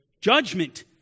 Judgment